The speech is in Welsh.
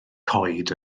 coed